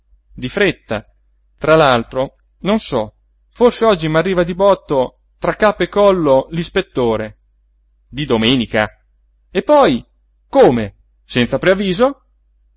di fretta tra l'altro non so forse oggi m'arriva di botto tra capo e collo l'ispettore di domenica e poi come senza preavviso